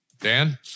Dan